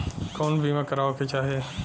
कउन बीमा करावें के चाही?